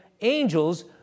angels